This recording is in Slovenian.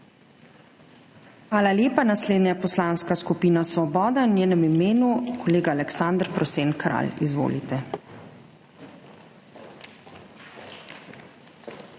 Hvala lepa. Naslednja je Poslanska skupina Svoboda, v njenem imenu kolega Aleksander Prosen Kralj. Izvolite.